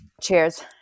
Cheers